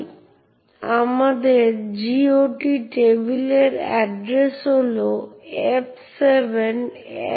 এইভাবে আমরা দেখতে পাই যে সেগুলো ইউনিক্স সিস্টেমের ফাইল এবং অন্যান্য বস্তুর সাথে তুলনা করা হয় নেটওয়ার্ক সকেটগুলিকে একটি ভিন্ন উপায়ে বিবেচনা করা হয়